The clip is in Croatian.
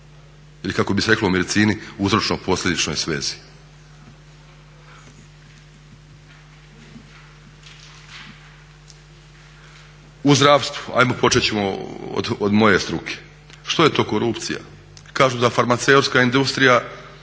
ili kako bi se reklo u medicini uzročno posljedičnoj svezi. U zdravstvu, ajmo počet ćemo od moje struke. Što je to korupcija? Kažu da farmaceutska industrija